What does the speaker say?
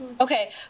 Okay